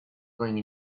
going